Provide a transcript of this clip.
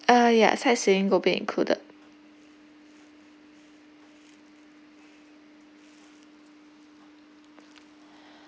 uh yeah uh sightseeing go back included